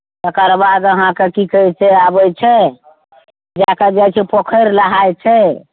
तकर बाद अहाँके की कहैत छै आबैत छै लएके जाइत छै पोखरि नहाय छै